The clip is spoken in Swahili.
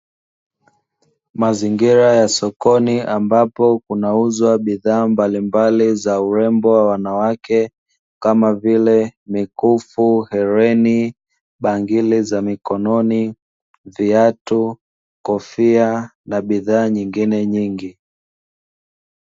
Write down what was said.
Mazingira ya sokoni ambapo huuuzwa bidhaa mbalimbali za urembo wa wanawake. Kama vile mikufu, hereni, bangili za mikononi, viatu, kofia na bidhaa nyingine nyingi.